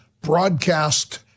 broadcast